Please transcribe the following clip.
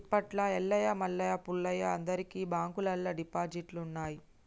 గిప్పట్ల ఎల్లయ్య మల్లయ్య పుల్లయ్యలు అందరికి బాంకుల్లల్ల డిపాజిట్లున్నయ్